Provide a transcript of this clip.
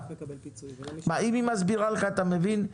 אם היא מסבירה לך אתה מבין,